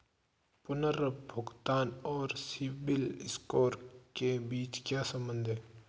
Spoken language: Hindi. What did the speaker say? पुनर्भुगतान और सिबिल स्कोर के बीच क्या संबंध है?